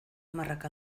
hamarrak